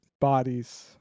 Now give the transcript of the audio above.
bodies